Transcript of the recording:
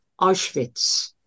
auschwitz